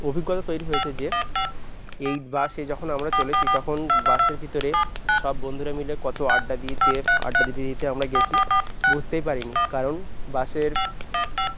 অভিজ্ঞতা তৈরি হয়েছে যে এই বাসে যখন আমরা চলেছি তখন বাসের ভিতরে সব বন্ধুরা মিলে কত আড্ডা দিতে আড্ডা দিতে দিতে আমরা গেছি বুঝতেই পারি নি কারণ বাসের